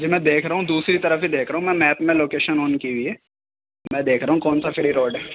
جی میں دیکھ رہا ہوں دوسری طرف ہی دیکھ رہا ہوں میں میپ میں لوکیشن آن کی ہوئی ہے میں دیکھ رہا ہوں کون سا فری روڈ ہے